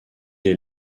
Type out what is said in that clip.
est